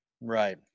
Right